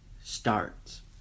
starts